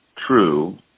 True